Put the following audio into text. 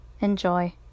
Enjoy